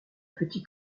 petits